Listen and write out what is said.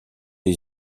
les